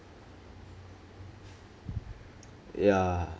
ya